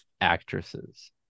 actresses